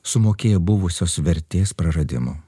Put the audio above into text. sumokėję buvusios vertės praradimu